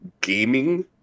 gaming